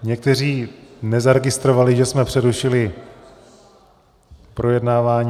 Někteří skoro nezaregistrovali, že jsme přerušili projednávání.